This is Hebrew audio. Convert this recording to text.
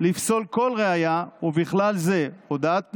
לפסול כל ראיה, ובכלל זה הודאת נאשם,